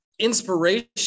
inspiration